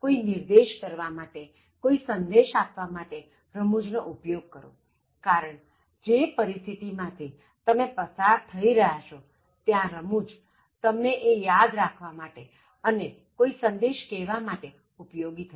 કોઇ નિર્દેશ કરવા માટેકોઇ સંદેશ આપવા માટે રમૂજ નો ઉપયોગ કરો કારણ જે પરિસ્થિતિ માં થી તમે પસાર થઈ રહ્યા છો ત્યાં રમૂજ તમને એ યાદ રાખવા માટે અને કોઇ સદેશ કહેવા માટે ઉપયોગી થશે